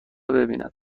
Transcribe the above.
ببیند